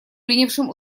принявшим